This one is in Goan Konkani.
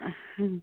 हां